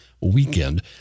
weekend